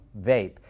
vape